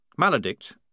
Maledict